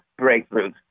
breakthroughs